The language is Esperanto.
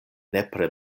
nepre